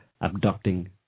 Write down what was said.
abducting